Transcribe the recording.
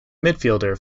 midfielder